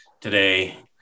today